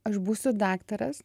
aš būsiu daktaras